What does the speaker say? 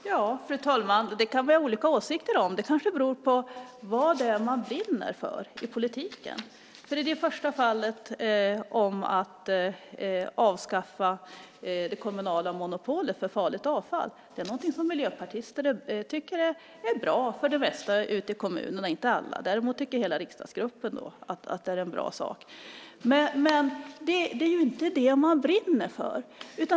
Fru talman! Det kan vi ha olika åsikter om. Det kanske beror på vad det är man brinner för i politiken. När det gäller det första fallet, att avskaffa det kommunala monopolet för farligt avfall, är det någonting som de flesta miljöpartister ute i kommunerna tycker är bra, men inte alla. Däremot tycker hela riksdagsgruppen att det är en bra sak. Men det är ju inte det man brinner för.